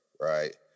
right